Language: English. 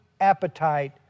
appetite